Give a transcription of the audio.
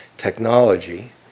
technology